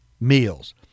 meals